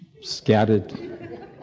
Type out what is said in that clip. scattered